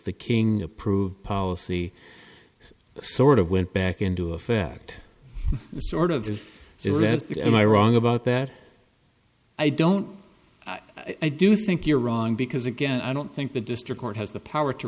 the king approved policy sort of went back into effect sort of the am i wrong about that i don't i do think you're wrong because again i don't think the district court has the power to